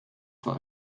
zwar